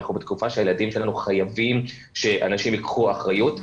אנחנו בתקופה שהילדים שלנו חייבים שאנשים ייקחו אחריות,